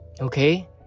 okay